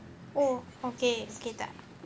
orh okay okay dah